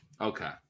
Okay